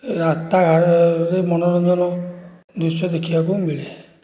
ରାସ୍ତାଘାଟରେ ସେହି ମନୋରଞ୍ଜନ ଦୃଶ୍ୟ ଦେଖିବାକୁ ମିଳେ